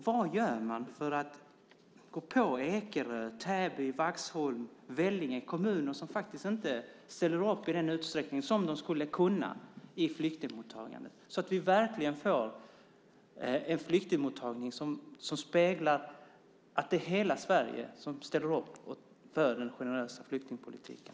Vad gör man för att gå på Ekerö, Täby, Vaxholm och Vellinge kommuner, som faktiskt inte ställer upp i flyktingmottagandet i den utsträckning som de skulle kunna, så att vi verkligen får en flyktingmottagning som speglar att det är hela Sverige som ställer upp för den generösa flyktingpolitiken?